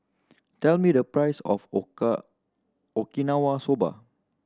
tell me the price of Okinawa Soba